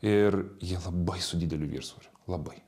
ir jie labai su dideliu viršsvoriu labai